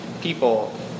people